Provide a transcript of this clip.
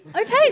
Okay